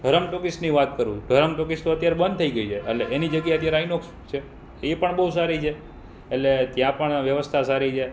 ધરમ ટોકીઝની વાત કરું ધરમ ટોકીઝ તો અત્યારે બંધ થઈ છે અરે એની જગ્યાએ અત્યારે આઈનોક્સ છે એ પણ બહુ સારી છે એટલે ત્યાં પણ વ્યવસ્થા સારી છે